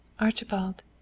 Archibald